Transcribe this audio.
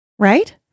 right